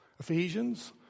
Ephesians